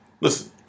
Listen